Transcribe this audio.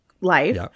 life